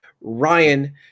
Ryan